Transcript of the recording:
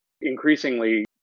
increasingly